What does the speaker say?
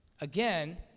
Again